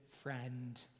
friend